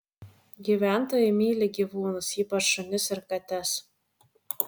gyventojai myli gyvūnus ypač šunis ir kates